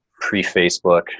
pre-Facebook